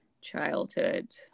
childhood